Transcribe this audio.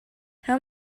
how